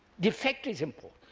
the effect is important.